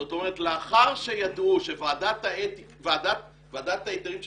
זאת אומרת לאחר שידעו שוועדת ההיתרים של